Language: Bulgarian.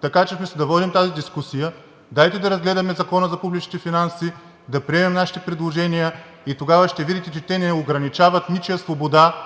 Така че вместо да водим тази дискусия, дайте да разгледаме Закона за публичните финанси, да приемем нашите предложения и тогава ще видите, че те не ограничават ничия свобода,